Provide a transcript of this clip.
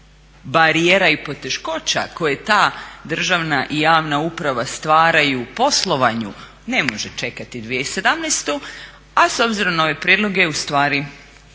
barijera i poteškoća koje ta državna i javna uprava stvaraju u poslovanju ne može čekati 2017., a s obzirom na ove prijedloge ustvari nema